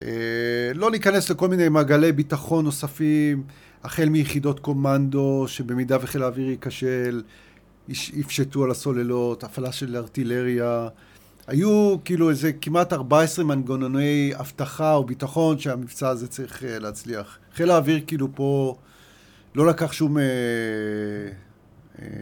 לא ניכנס לכל מיני מעגלי ביטחון נוספים, החל מיחידות קומנדו, שבמידה וחיל האוויר ייכשל, יפשטו על הסוללות. הפעלה של ארטילריה. היו כאילו איזה כמעט 14 מנגנוני אבטחה וביטחון שהמבצע הזה צריך להצליח. חיל האוויר כאילו פה, לא לקח שום אהה...